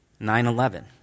9-11